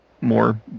more